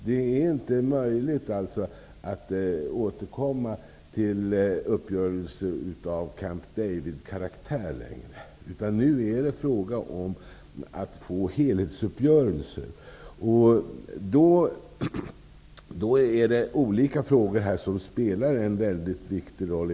Det är alltså inte längre möjligt att återkomma till uppgörelser av Camp Davidkaraktär, utan nu är det fråga om att få helhetsuppgörelser. Det är då olika frågor som spelar en mycket viktig roll.